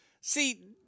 See